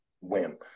whim